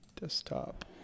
desktop